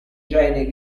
jean